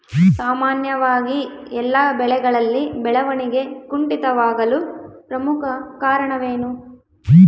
ಸಾಮಾನ್ಯವಾಗಿ ಎಲ್ಲ ಬೆಳೆಗಳಲ್ಲಿ ಬೆಳವಣಿಗೆ ಕುಂಠಿತವಾಗಲು ಪ್ರಮುಖ ಕಾರಣವೇನು?